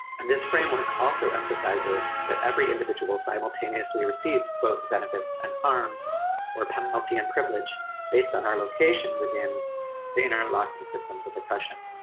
and this framework also emphasizes that every individual simultaneously receives both benefits and harms or penalty and privilege based on our location within the interlocking systems of oppression.